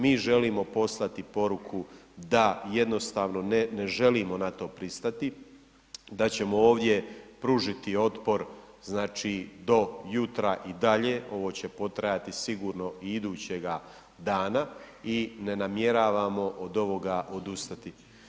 Mi želimo poslati poruku da jednostavno ne želimo na to pristati, da ćemo ovdje pružiti otpor do jutra i dalje, ovo će potrajati sigurno i idućega dana i ne namjeravamo od ovoga odustati.